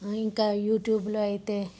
ఇంకా యూట్యూబ్లో అయితే